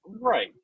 Right